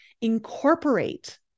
incorporate